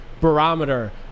barometer